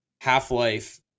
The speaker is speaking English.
Half-Life